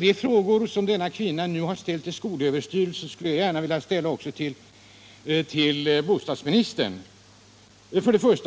De frågor som denna kvinna har ställt till skolöverstyrelsen skulle jag nu gärna vilja ställa till bostadsministern. Frågorna är: 1.